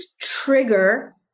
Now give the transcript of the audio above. trigger